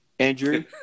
Andrew